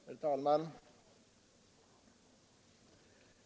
Herr talman!